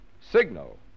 Signal